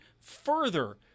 further